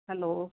hello